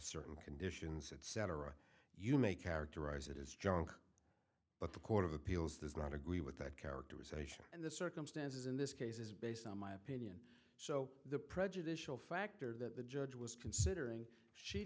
certain conditions etc you may characterize it as junk but the court of appeals does not agree with that characterization and the circumstances in this case is based on my opinion so the prejudicial factor that the judge was considering she